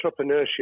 entrepreneurship